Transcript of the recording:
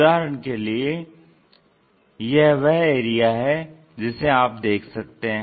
उदाहरण के लिए यह वह एरिया है जिसे आप देख सकते हैं